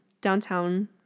downtown